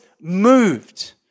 moved